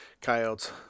coyotes